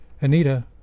Anita